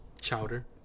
Chowder